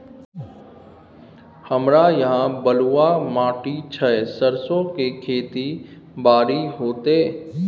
हमरा यहाँ बलूआ माटी छै सरसो के खेती बारी होते?